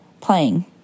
playing